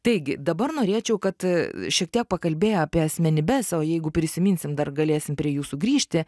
taigi dabar norėčiau kad šiek tiek pakalbėję apie asmenybes o jeigu prisiminsim dar galėsim prie jų sugrįžti